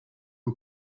you